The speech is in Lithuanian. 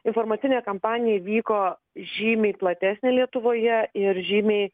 informacinė kampanija įvyko žymiai platesnė lietuvoje ir žymiai